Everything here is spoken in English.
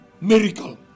miracle